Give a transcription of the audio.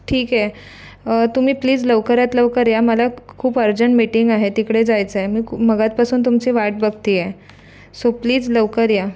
ठीक आहे तुम्ही प्लीज लवकरात लवकर या मला खूप अर्जंट मिटिंग आहे तिकडे जायचं आहे मी मगाचपासून तुमची वाट बघती आहे सो प्लीज लवकर या